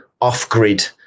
off-grid